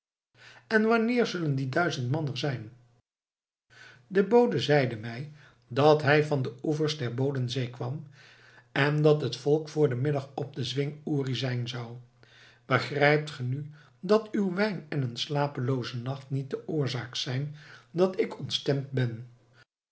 en wanneer zullen die duizend man er zijn de bode zeide mij dat hij van de oevers der bodensee kwam en dat het volk vr den middag op den zwing uri zijn zou begrijpt ge nu dat uw wijn en een slapelooze nacht niet de oorzaak zijn dat ik ontstemd ben